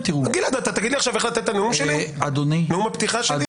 גלעד, תגיד לי עכשיו איך לתת את נאום הפתיחה שלי?